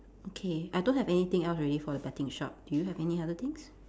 okay I don't have anything else already for the betting shop do you have any other things